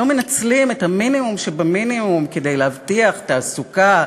לא מנצלים את המינימום שבמינימום כדי להבטיח תעסוקה,